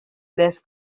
less